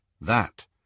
That